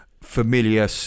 familiar